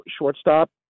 shortstop